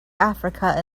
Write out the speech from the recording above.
africa